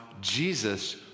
Jesus